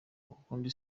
ubundi